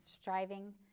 striving